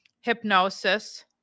hypnosis